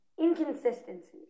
inconsistency